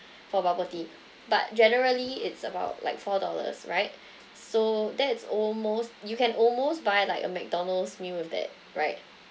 for bubble tea but generally it's about like four dollars right so that is almost you can almost buy like a mcdonald's meal with that right